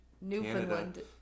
Newfoundland